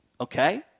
Okay